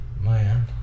man